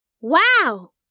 Wow